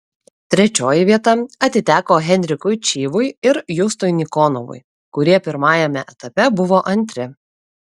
trečioji vieta atiteko henrikui čyvui ir justui nikonovui kurie pirmajame etape buvo antri